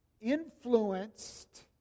influenced